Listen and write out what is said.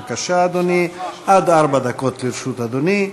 בבקשה, אדוני, עד ארבע דקות לרשות אדוני.